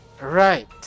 Right